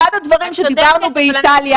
אחד הדברים שדיברנו באיטליה,